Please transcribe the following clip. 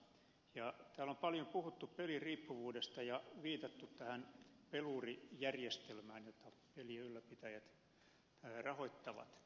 täällä on paljon puhuttu peliriippuvuudesta ja viitattu peluuri järjestelmään jota pelien ylläpitäjät rahoittavat